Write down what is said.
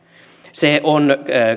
se on